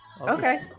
Okay